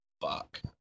fuck